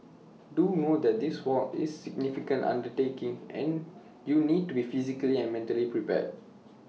do note that this walk is significant undertaking and you need to be physically and mentally prepared